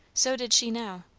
so did she now.